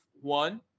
one